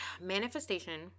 Manifestation